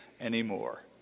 anymore